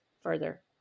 further